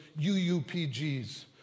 UUPGs